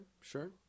sure